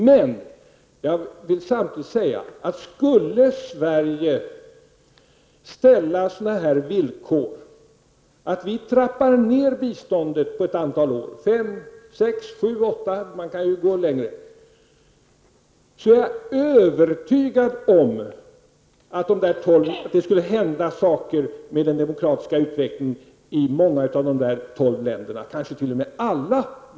Samtidigt vill jag säga att om Sverige skulle ställa sådana villkor, att vi trappar ner biståndet på ett antal år -- fem, sex, sju eller åtta -- då är jag övertygad om att det skulle hända saker med den demokratiska utvecklingen i många av dessa tolv länder, kanske t.o.m. i alla.